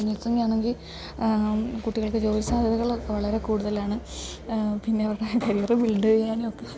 നഴ്സിങാണെങ്കിൽ കുട്ടികൾക്ക് ജോലി സാധ്യതകളൊക്കെ വളരെ കൂടുതലാണ് പിന്നെ അവരുടെ കരിയറ് ബിൽഡ് ചെയ്യാനൊക്കെ